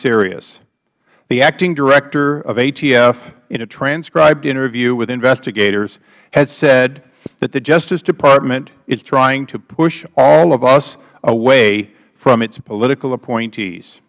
serious the acting director of atf in a transcribed interview with investigators has said that the justice department is trying to push all of us away from its political appointees